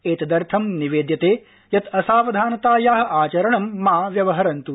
एतदर्थं निवेद्यते यत् असावधानताया आचरणं मा व्यवहरन्त्